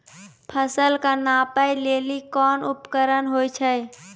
फसल कऽ नापै लेली कोन उपकरण होय छै?